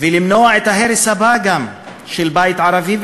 ולמנוע את ההרס הבא גם של בית ערבי,